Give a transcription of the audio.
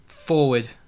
Forward